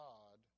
God